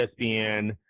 ESPN